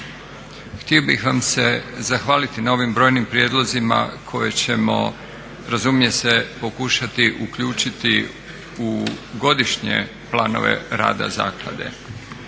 htio bih vam se zahvaliti na ovim brojnim prijedlozima koje ćemo razumije se pokušati uključiti u godišnje planove rada zaklade.